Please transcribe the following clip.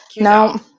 No